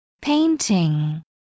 Painting